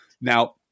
now